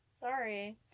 Sorry